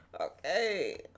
Okay